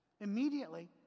Immediately